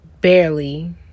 barely